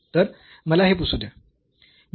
तर मला हे पुसू द्या